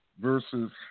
versus